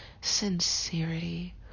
sincerity